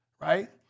right